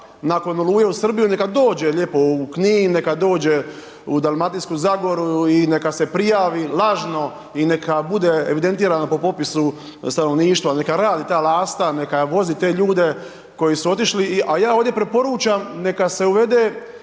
nakon Oluje u Srbiju, neka dođe lijepo u Knin, neka dođe u Dalmatinsku zagoru i neka se prijavi lažno i neka bude evidentirano po popisu stanovništva, neka radi ta Lasta, neka vozi te ljude koji su otišli, a ja ovdje preporučam, neka se uvede